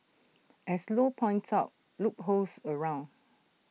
as low points out loopholes around